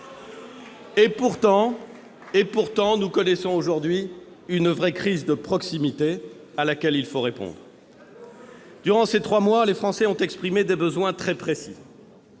Pourtant, nous connaissons aujourd'hui une vraie crise de proximité, à laquelle il faut répondre. Durant ces trois mois, les Français ont exprimé des besoins très précis.